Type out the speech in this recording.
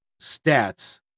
stats